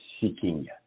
seeking